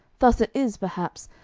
thus it is, perhaps,